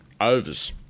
Overs